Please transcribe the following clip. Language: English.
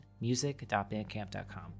music.bandcamp.com